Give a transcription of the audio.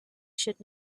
should